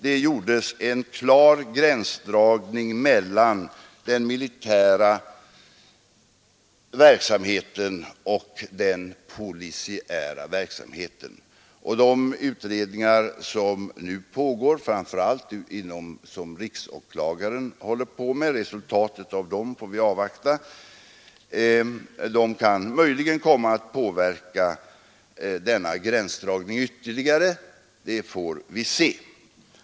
Det gjordes en klar gränsdragning mellan den militära verksamheten och den polisiära verksamheten. Resultaten av de utredningar som nu pågår och som framför allt riksåklagaren håller på med kan möjligen komma att påverka denna gränsdragning ytterligare, det får vi se.